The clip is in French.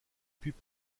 puits